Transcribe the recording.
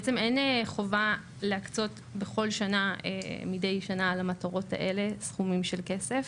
בעצם אין חובה להקצות מדי שנה סכומים של כסף למטרות האלה.